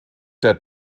der